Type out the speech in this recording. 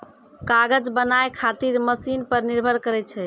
कागज बनाय खातीर मशिन पर निर्भर करै छै